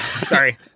Sorry